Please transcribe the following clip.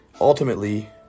ultimately